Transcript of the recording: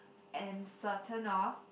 am certain of